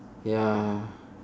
ya